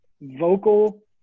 vocal